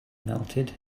melted